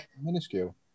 minuscule